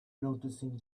noticing